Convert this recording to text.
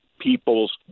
people's